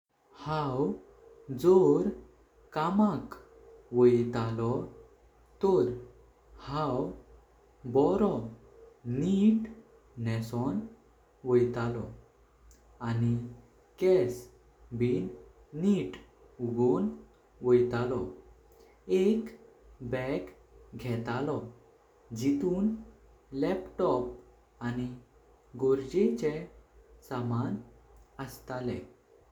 हाव जोड कामाक वयतलो तोर हाव बरो नित नेसों वयतलो। आनी केस बिन नित उगों वयतलो। एक बाग घेतलो जितूं लॅपटॉप आनी गोरजेंचे सामान असतले ।